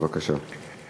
בבקשה.